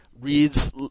reads